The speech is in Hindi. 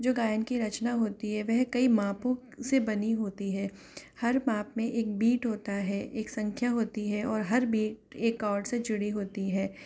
जो गायन की रचना होती है वह कई मापों से बनी होती है हर माँप में एक बीट होता हैं एक संख्या होती हैं और हर बीट एक और से जुड़ी होती है